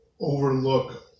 overlook